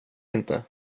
inte